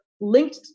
linked